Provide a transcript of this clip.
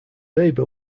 weber